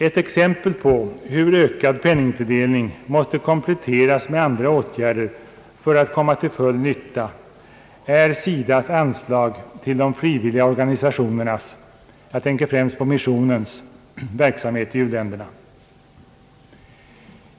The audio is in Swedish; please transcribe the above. Ett exempel på hur ökad penningtilldelning måste kompletteras med andra åtgärder för att komma till full nytta är SIDA:s anslag till de frivilliga organisationerna — jag tänker främst på missionens verksamhet i u-länderna.